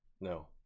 no